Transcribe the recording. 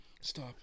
Stop